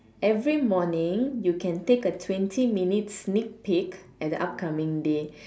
every morning you can take a twenty minutes sneak peak at the upcoming day